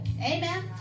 Amen